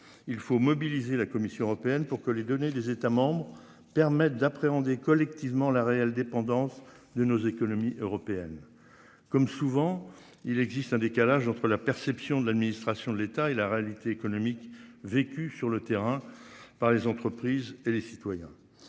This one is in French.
il faut mobiliser la Commission européenne pour que les données des États permettent d'appréhender collectivement la réelle dépendance de nos économies européennes. Comme souvent, il existe un décalage entre la perception de l'administration de l'État et la réalité économique vécue sur le terrain par les entreprises et les citoyens.